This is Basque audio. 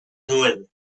nuen